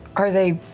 are they